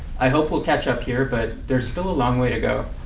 i hope we'll catch up here. but there's still a long way to go.